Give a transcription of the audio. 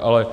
Ale